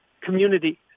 community